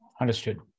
Understood